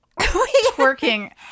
twerking